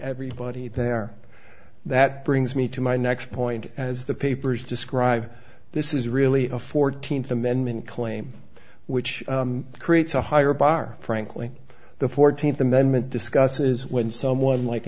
everybody there that brings me to my next point as the papers describe this is really a fourteenth amendment claim which creates a higher bar frankly the fourteenth amendment discusses when someone like a